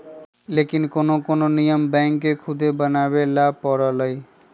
लेकिन कोनो कोनो नियम बैंक के खुदे बनावे ला परलई